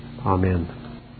Amen